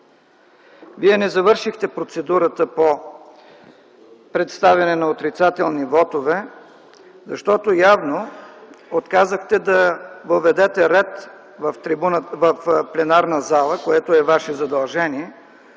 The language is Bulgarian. Вие не завършихте процедурата по представянето на отрицателните вотове, защото явно отказахте да въведете ред в пленарната зала, което е Ваше задължение.